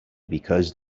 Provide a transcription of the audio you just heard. because